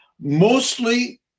mostly